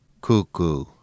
cuckoo